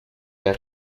der